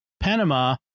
Panama